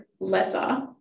lesser